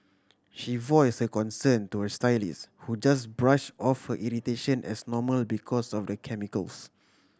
she voiced her concern to her stylist who just brush off her irritation as normal because of the chemicals